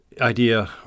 Idea